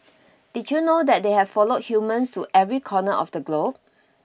did you know that they have followed humans to every corner of the globe